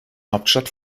hauptstadt